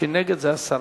נגד, הסרה.